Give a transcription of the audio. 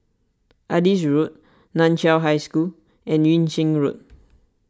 Adis Road Nan Chiau High School and Yung Sheng Road